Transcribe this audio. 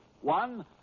One